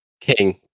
King